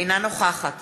אינה נוכחת